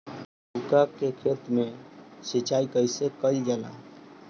लउका के खेत मे सिचाई कईसे कइल जाला?